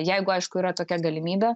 jeigu aišku yra tokia galimybė